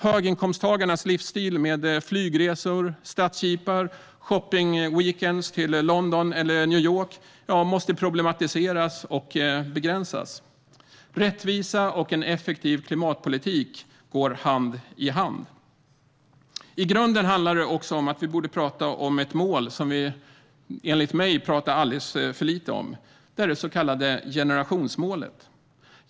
Höginkomsttagarnas livsstil med flygresor, stadsjeepar, shoppingweekender i London eller New York måste problematiseras och begränsas. Rättvisa och en effektiv klimatpolitik går hand i hand. I grunden handlar det också om att vi borde tala om ett mål som vi enligt mig talar alldeles för lite om: generationsmålet.